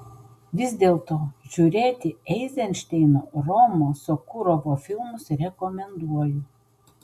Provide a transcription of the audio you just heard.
vis dėlto žiūrėti eizenšteino romo sokurovo filmus rekomenduoju